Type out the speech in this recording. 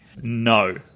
No